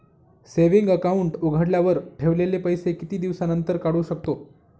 Saving account उघडल्यावर ठेवलेले पैसे किती दिवसानंतर काढू शकतो?